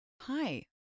Hi